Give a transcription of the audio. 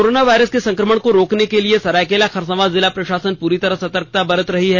corona virus के संक्रमण को रोकने के लिए सरायकेला खरसावां जिला प्रशासन पूरी सतर्कता बरत रही है